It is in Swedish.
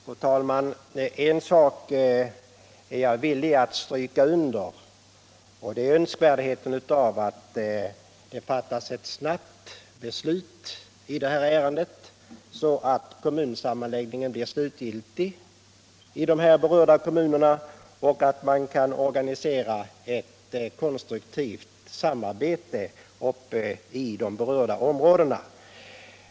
Fru talman! En sak är jag villig att stryka under, och det är önskvärdheten av att det fattas ett snabbt beslut i det här ärendet, så att kommunsammanläggningen blir slutgiltig i de berörda kommunerna och man kan organisera ett konstruktivt samarbete i området i fråga.